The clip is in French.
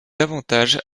davantage